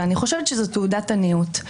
ואני חושבת שזאת תעודת עניות.